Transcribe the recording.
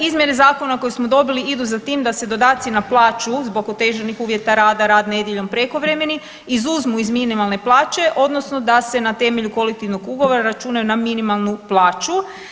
Izmjene zakona koje smo dobili idu za tim da se dodaci na plaću zbog otežanih uvjeta rada, rad nedjeljom i prekovremeni, izuzmu iz minimalne plaće odnosno da se na temelju kolektivnog ugovora računaju na minimalnu plaću.